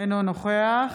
אינו נוכח